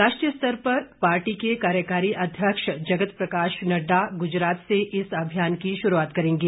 राष्ट्रीय स्तर पर पार्टी के कार्यकारी अध्यक्ष जगत प्रकाश नड्डा गुजरात से इस अभियान की शुरूआत करेंगे